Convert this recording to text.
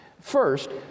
First